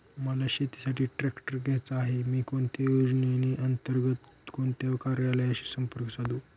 मला शेतीसाठी ट्रॅक्टर घ्यायचा आहे, मी कोणत्या योजने अंतर्गत व कोणत्या कार्यालयाशी संपर्क साधू?